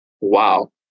wow